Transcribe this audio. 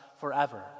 forever